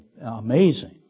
amazing